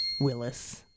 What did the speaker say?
Willis